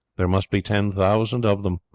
there must be ten thousand of them.